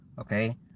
Okay